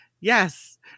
Yes